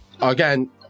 again